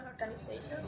organizations